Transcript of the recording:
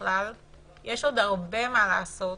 יש עוד הרבה מה לעשות,